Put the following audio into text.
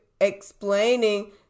explaining